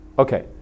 Okay